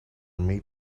made